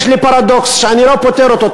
יש לי פרדוקס שאני לא פותר אותו,